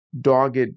dogged